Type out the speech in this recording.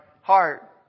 heart